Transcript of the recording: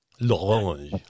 L'orange